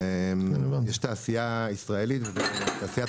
ויש תעשיה ישראלית ותעשיית